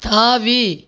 தாவி